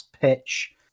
pitch